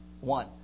one